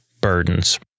burdens